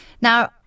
Now